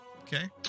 Okay